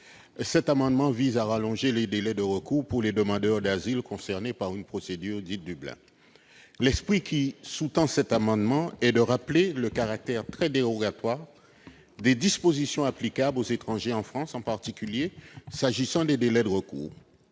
Cet amendement vise à allonger les délais de recours pour les demandeurs d'asile concernés par une procédure dite « Dublin ». L'objectif qui le sous-tend est de souligner le caractère très dérogatoire des dispositions applicables aux étrangers en France, en particulier s'agissant des délais de recours.